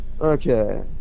Okay